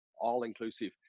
all-inclusive